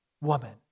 woman